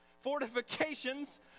fortifications